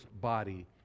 body